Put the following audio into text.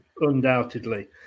undoubtedly